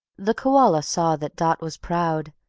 the koala saw that dot was proud,